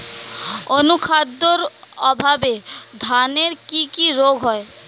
অনুখাদ্যের অভাবে ধানের কি কি রোগ হয়?